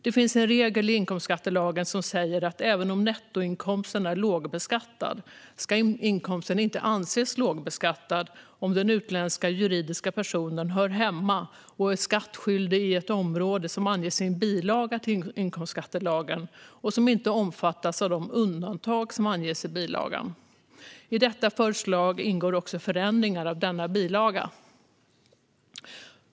Det finns en regel i inkomstskattelagen som säger att även om nettoinkomsten är lågbeskattad ska inkomsten inte anses lågbeskattad om den utländska juridiska personen hör hemma och är skattskyldig i ett område som anges i en bilaga till inkomstskattelagen och inte omfattas av de undantag som anges i bilagan. I detta förslag ingår också förändringar av denna bilaga.